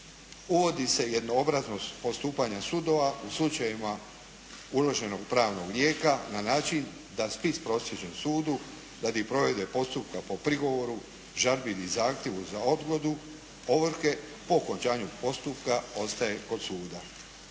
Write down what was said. Uvodi se jednoobraznost postupanja sudova u slučajevima uloženog pravnog lijeka na način da spis proslijeđen sudu radi provedbe postupka po prigovoru, žalbi ili zahtjevu za odgodu ovrhe po okončanju postupka ostaje kod suda.